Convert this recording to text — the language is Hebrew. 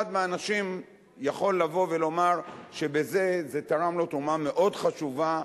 מהאנשים יכול לבוא ולומר שזה תרם לו תרומה מאוד חשובה.